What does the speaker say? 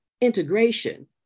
integration